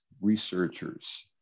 researchers